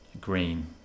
green